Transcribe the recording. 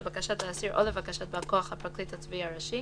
לבקשת האסיר או לבקשת בא כוח הפרקליט הצבאי הראשי,